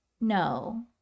no